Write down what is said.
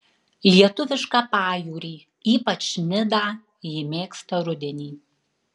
lietuvišką pajūrį ypač nidą ji mėgsta rudenį